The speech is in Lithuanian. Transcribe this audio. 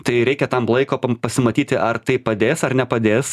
tai reikia tam laiko pasimatyti ar tai padės ar nepadės